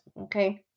okay